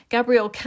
Gabriel